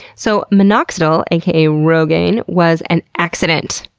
so, minoxidil, aka rogaine, was an accident,